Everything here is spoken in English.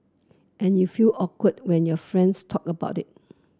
and you feel awkward when your friends talk about it